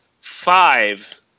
five